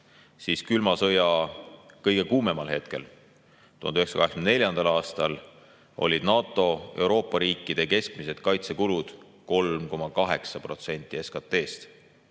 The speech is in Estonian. siis külma sõja kõige kuumemal hetkel, 1984. aastal, olid NATO ja Euroopa riikide keskmised kaitsekulud 3,8% SKT-st.